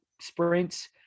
sprints